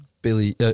Billy